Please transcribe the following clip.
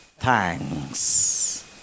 Thanks